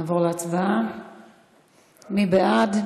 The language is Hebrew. מי בעד?